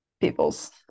people's